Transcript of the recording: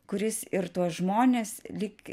kuris ir tuos žmones lyg